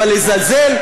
אבל לזלזל,